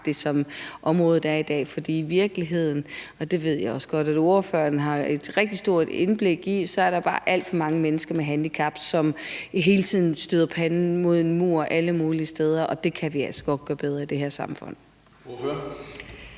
som området er i dag. For i virkeligheden – og det ved jeg også godt at ordføreren har et rigtig stort indblik i – er der bare alt for mange mennesker med handicap, som hele tiden støder panden mod en mur alle mulige steder, og det kan vi altså godt gøre bedre i det her samfund.